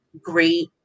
great